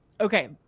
Okay